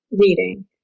reading